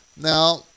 Now